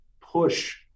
push